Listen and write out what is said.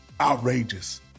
outrageous